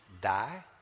die